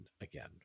again